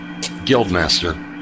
Guildmaster